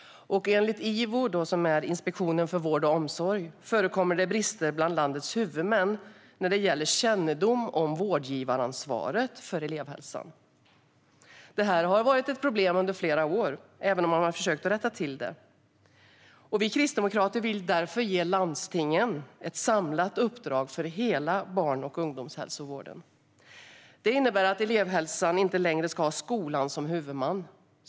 Enligt IVO, Inspektionen för vård och omsorg, förekommer det brister bland landets huvudmän när det gäller kännedom om vårdgivaransvaret för elevhälsan. Detta har varit ett problem under flera år, även om man har försökt att rätta till det. Vi kristdemokrater vill därför ge landstingen ett samlat uppdrag för hela barn och ungdomshälsovården. Det innebär att elevhälsan inte längre ska ha skolan som huvudman.